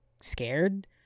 scared